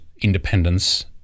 independence